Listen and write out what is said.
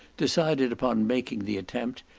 decided upon making the attempt,